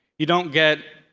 you don't get